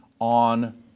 on